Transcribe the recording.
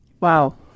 Wow